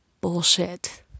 bullshit